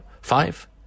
Five